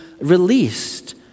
released